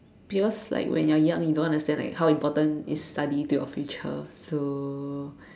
because like when you're young you don't understand like how important is study to your future so